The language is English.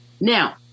Now